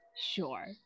sure